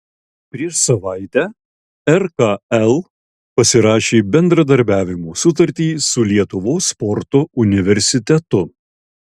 prieš savaitę rkl pasirašė bendradarbiavimo sutartį su lietuvos sporto universitetu